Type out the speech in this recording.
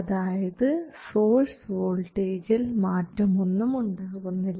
അതായത് സോഴ്സ് വോൾട്ടേജിൽ മാറ്റമൊന്നും ഉണ്ടാകുന്നില്ല